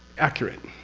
accurate,